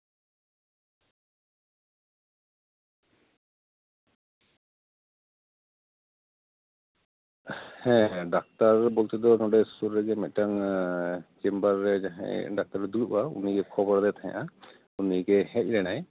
ᱦᱮᱸ ᱰᱟᱠᱛᱟᱨ ᱵᱚᱞᱛᱮ ᱫᱚ ᱱᱚᱸᱰᱮ ᱥᱩᱨ ᱨᱮᱜᱮ ᱢᱤᱫᱴᱟᱝ ᱪᱮᱢᱵᱟᱨ ᱨᱮ ᱡᱟᱦᱟᱸᱭ ᱰᱟᱠᱛᱟᱨᱮᱭ ᱫᱩᱲᱩᱵᱼᱟ ᱩᱱᱤ ᱦᱚᱦᱚᱣᱟᱫᱮ ᱛᱟᱦᱮᱸᱫᱼᱟ ᱩᱱᱤᱜᱮᱭ ᱦᱮᱡ ᱞᱮᱱᱟ